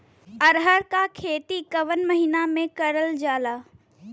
अरहर क खेती कवन महिना मे करल जाला?